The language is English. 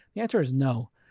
the answer is no.